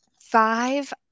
five